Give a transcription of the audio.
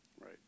Right